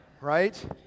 Right